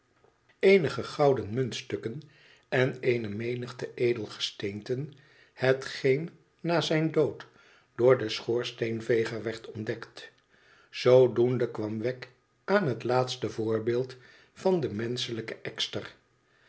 enige gouden munten en eene menigte edelgesteenten hetgeen na zijn dood door den schoorsteenveger werd ontdekt zoodoende kwam wegg aan het laatste voorbeeld van den menschelijken ekster